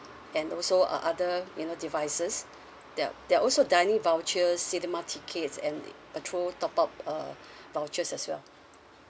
and also uh other you know devices there're there're also dining vouchers cinema tickets and petrol top up uh vouchers as well